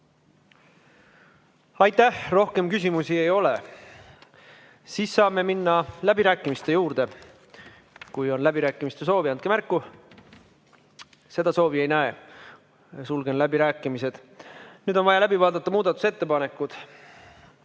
Aitäh! Rohkem küsimusi ei ole. Saame minna läbirääkimiste juurde. Kui on läbirääkimiste soovi, andke märku. Seda soovi ei näe. Sulgen läbirääkimised. Nüüd on vaja läbi vaadata muudatusettepanekud.